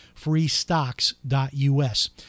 freestocks.us